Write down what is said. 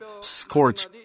scorch